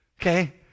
Okay